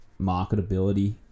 marketability